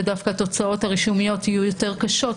אבל התוצאות הרישומיות דווקא יהיו יותר קשות.